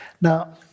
Now